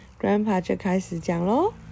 Grandpa就开始讲喽